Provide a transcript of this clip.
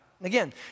Again